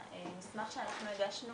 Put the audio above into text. המסמך שאנחנו הגשנו